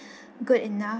good enough